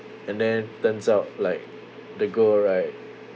and then turns out like the girl right